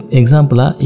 example